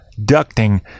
ducting